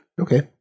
Okay